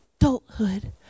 adulthood